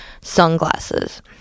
sunglasses